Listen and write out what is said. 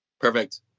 Perfect